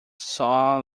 saw